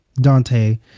Dante